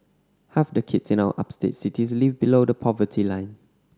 half the kids in our upstate cities live below the poverty line